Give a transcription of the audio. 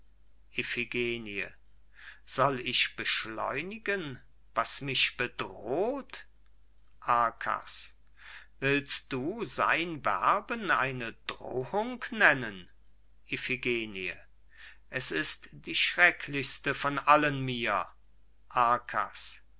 soll ich beschleunigen was mich bedroht arkas willst du sein werben eine drohung nennen iphigenie es ist die schrecklichste von allen mir